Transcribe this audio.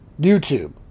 YouTube